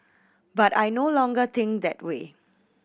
but I no longer think that way